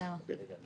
בסדר.